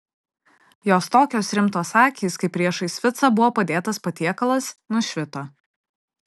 jos tokios rimtos akys kai priešais ficą buvo padėtas patiekalas nušvito